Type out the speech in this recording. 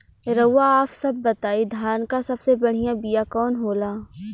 रउआ आप सब बताई धान क सबसे बढ़ियां बिया कवन होला?